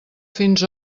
fins